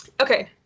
Okay